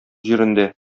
җирендә